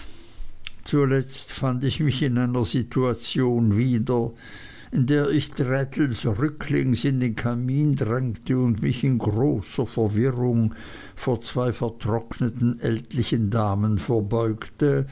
zuletzt fand ich mich in einer situation wieder in der ich traddles rücklings in den kamin drängte und mich in großer verwirrung vor zwei vertrockneten ältlichen damen verbeugte